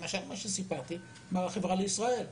למשל, מה שסיפרתי על החברה לישראל.